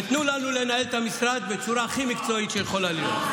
ותנו לנו לנהל את המשרד בצורה הכי מקצועית שיכולה להיות.